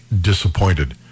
disappointed